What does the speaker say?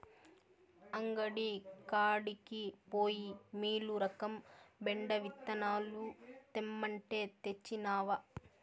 అంగడి కాడికి పోయి మీలురకం బెండ విత్తనాలు తెమ్మంటే, తెచ్చినవా